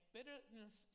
Bitterness